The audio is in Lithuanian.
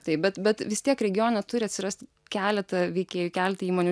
taip bet bet vis tiek regione turi atsirast keleta veikėjų keleta įmonių